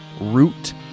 root